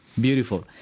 Beautiful